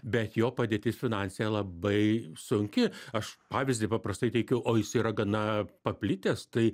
bet jo padėtis finansinė labai sunki aš pavyzdį paprastai teikiu o jis yra gana paplitęs tai